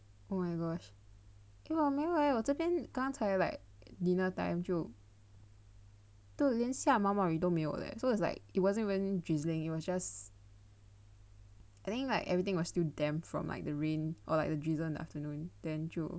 oh my gosh 因为我没有 leh 我这边刚才 like dinner time 就已经下毛毛雨都没有了 eh so it's like it wasn't even drizzling it was just I think everything like was still damp from like the rain or like the drizzle in the afternoon then 就